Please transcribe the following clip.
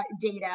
data